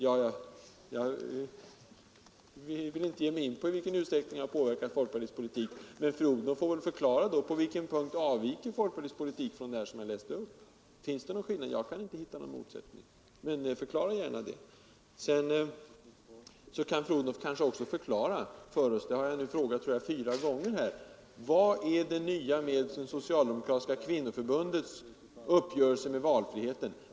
Ja, jag vill inte ge mig in på i vilken utsträckning jag har påverkat folkpartiets politik, men fru Odhnoff får förklara på vilken punkt folkpartiets politik avviker från det som jag läste upp. Finns det någon skillnad? Jag kan inte hitta någon sådan motsättning. Sedan kanske fru Odhnoff också kan förklara för oss — jag tror att jag nu frågat fyra gånger efter ett sådant besked — vad som är det nya med Socialdemokratiska kvinnoförbundets uppgörelse med valfriheten.